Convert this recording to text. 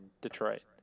Detroit